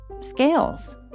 scales